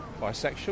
bisexual